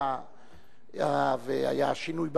היה השינוי בשלטון,